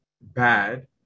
bad